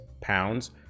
pounds